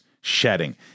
shedding